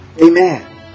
Amen